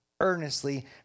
earnestly